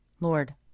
Lord